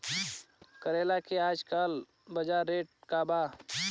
करेला के आजकल बजार रेट का बा?